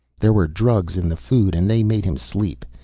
there were drugs in the food and they made him sleep.